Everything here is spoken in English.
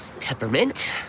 peppermint